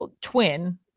twin